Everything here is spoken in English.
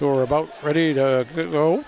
were about ready to go